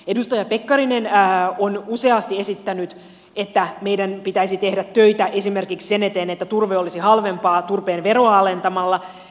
edustaja pekkarinen on useasti esittänyt että meidän pitäisi tehdä töitä esimerkiksi sen eteen että turve olisi halvempaa turpeen veroa alentamalla